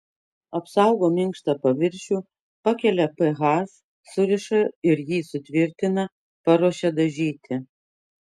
apsaugo minkštą paviršių pakelia ph suriša ir jį sutvirtina paruošia dažyti